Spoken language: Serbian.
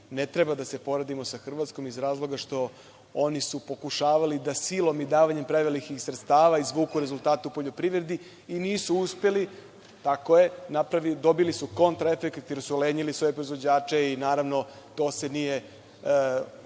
ne treba da se poredimo sa Hrvatskom, iz razloga što oni su pokušavali da silom i davanje prevelikih sredstava izvuku rezultate u poljoprivredi i nisu uspeli, tako je, dobili su kontra efekat jer su ulenjili svoje proizvođače, i naravno to se nije pokazalo